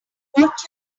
watch